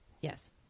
Yes